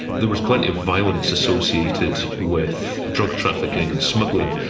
there was plenty of violence associated with drug trafficking and smuggling,